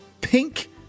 pink